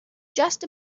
just